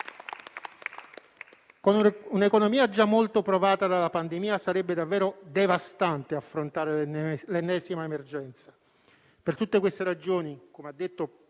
Con un'economia già molto provata dalla pandemia, sarebbe davvero devastante affrontare l'ennesima emergenza. Per tutte queste ragioni - come ha detto